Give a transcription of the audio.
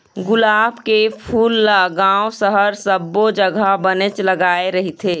गुलाब के फूल ल गाँव, सहर सब्बो जघा बनेच लगाय रहिथे